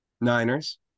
Niners